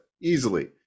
easily